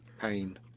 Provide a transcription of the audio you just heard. Pain